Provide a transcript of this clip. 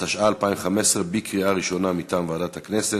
התשע"ו 2015, מטעם ועדת הכנסת,